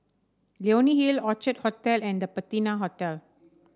Leonie Hill Orchid Hotel and The Patina Hotel